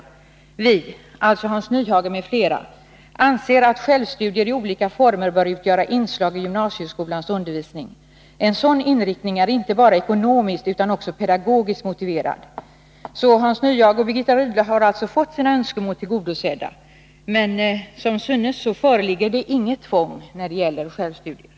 —--- Vi ”— alltså Hans Nyhage m.fl. —” anser att självstudier i olika former bör utgöra inslag i gymnasieskolans undervisning. En sådan inriktning är inte bara ekonomiskt utan också pedagogiskt motiverad.” Hans Nyhage och Birgitta Rydle har alltså fått sina önskemål tillgodosedda, men som framhållits föreligger det inget tvång när det gäller självstudier.